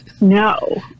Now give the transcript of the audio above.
no